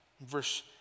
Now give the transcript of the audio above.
Verse